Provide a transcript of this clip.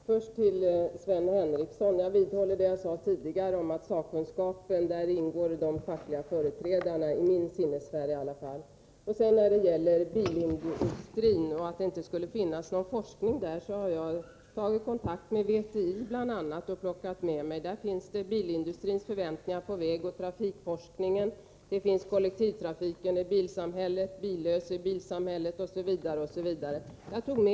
Herr talman! Låt mig först säga till Sven Henricsson att jag vidhåller vad jag sade tidigare, nämligen att de fackliga företrädarna, i varje fall i min sinnessfär, ingår bland sakkunskapen. Så till talet om att det inte skulle bedrivas någon forskning inom bilindustrin. Jag har tagit kontakt med VTI och därifrån fått en del rapporter. Det är exempelvis Bilindustrins förväntningar på vägoch trafikforskningen, Kollektivtrafiken i bilsamhället, Billös i bilsamhället osv.